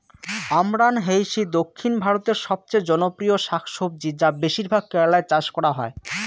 আমরান্থেইসি দক্ষিণ ভারতের সবচেয়ে জনপ্রিয় শাকসবজি যা বেশিরভাগ কেরালায় চাষ করা হয়